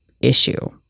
issue